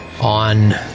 On